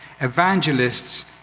evangelists